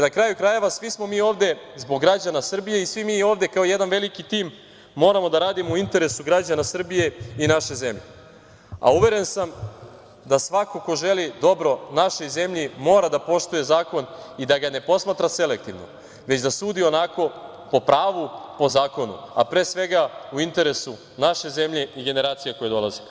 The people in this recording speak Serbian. Na kraju krajeva, svi smo ovde zbog građana Srbije i svi mi ovde kao jedan veliki tim moramo da radimo u interesu građana Srbije, i naše zemlje, a uveren sam da svako ko želi dobro našoj zemlji, mora da poštuje zakon i da ga ne posmatra selektivno, već da sudi onako po pravu i zakonu, a pre svega u interesu naše zemlje i generacija koje dolaze.